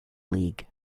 league